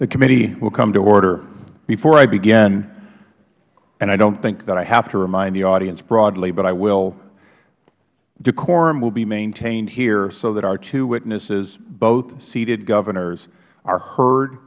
the committee will come to order before i begin and i dont think that i have to remind the audience broadly but i will decorum will be maintained here so that our two witnesses both seated governors are heard